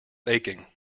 aching